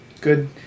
good